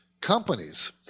companies